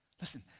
Listen